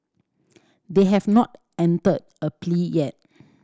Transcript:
they have not entered a plea yet